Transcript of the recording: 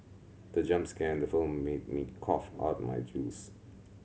the jump scare in the film made me cough out my juice